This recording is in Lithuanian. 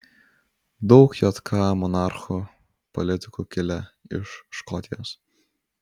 daug jk monarchų politikų kilę iš škotijos